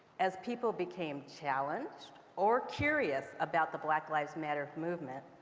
as people became challenged or curious about the black lives matter movement,